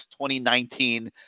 2019